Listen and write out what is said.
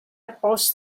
approach